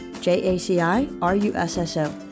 J-A-C-I-R-U-S-S-O